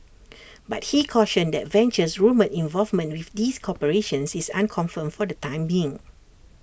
but he cautioned that Venture's rumoured involvement with these corporations is unconfirmed for the time being